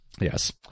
Yes